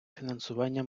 фінансування